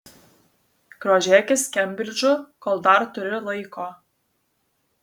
grožėkis kembridžu kol dar turi laiko